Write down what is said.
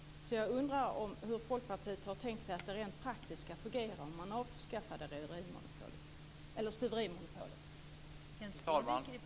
Jag undrar hur Folkpartiet har tänkt sig att det skulle fungera rent praktiskt om man avskaffar stuverimonopolet.